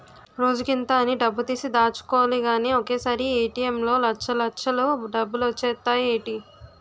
రోజుకింత అని డబ్బుతీసి దాచుకోలిగానీ ఒకసారీ ఏ.టి.ఎం లో లచ్చల్లచ్చలు డబ్బులొచ్చేత్తాయ్ ఏటీ?